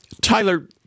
Tyler